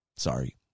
Sorry